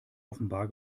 offenbar